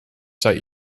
cite